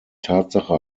tatsache